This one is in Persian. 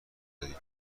ندید